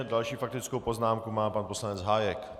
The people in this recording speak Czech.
Další faktickou poznámku má pan poslanec Hájek.